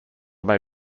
may